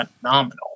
Phenomenal